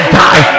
die